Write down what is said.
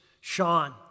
Sean